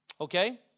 Okay